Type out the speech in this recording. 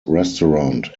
restaurant